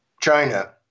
China